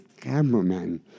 cameramen